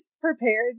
prepared